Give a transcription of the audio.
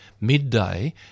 midday